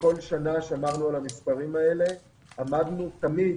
בכל שנה שמרנו על המספרים האלה, עמדנו תמיד